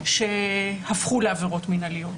שהפכו לעבירות מינהליות.